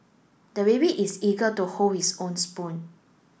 the baby is eager to hold his own spoon